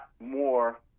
more